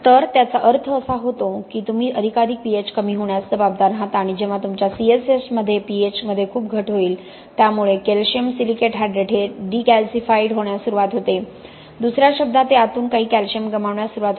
तर त्याचा आर्थ असा होतो की तुम्ही अधिकाधिक pH कमी होण्यास जबाबदार राहता आणि जेव्हा तुमच्या C S H मध्ये pH मध्ये खूप घट होईल त्यामुळे कॅल्शियम सिलिकेट हायड्रेट हे डिक्याल्सिफाईड होण्यास सुरुवात होते दुसर्या शब्दात ते आतून काही कॅल्शियम गमावण्यास सुरवात होते